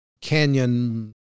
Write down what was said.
canyon